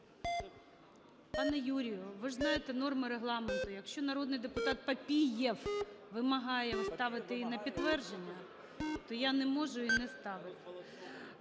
Пане Юрію, ви ж знаєте норми Регламенту. Якщо народний депутат Папієв вимагає ставити її на підтвердження, то я не можу її не ставити.